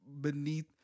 beneath